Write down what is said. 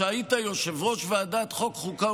שהיית יושב-ראש ועדת החוקה,